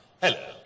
Hello